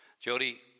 Jody